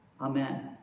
Amen